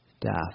death